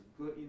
good